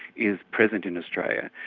is present in australia.